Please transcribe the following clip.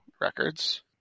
records